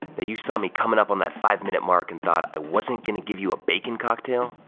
you saw me coming up on that five minute mark, and thought i wasn't gonna give you a bacon cocktail,